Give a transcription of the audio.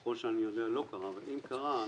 ככל שאני יודע לא קרה אבל אם קרה,